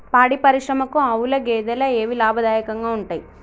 పాడి పరిశ్రమకు ఆవుల, గేదెల ఏవి లాభదాయకంగా ఉంటయ్?